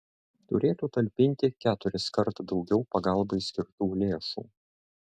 turėtų talpinti keturiskart daugiau pagalbai skirtų lėšų